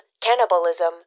cannibalism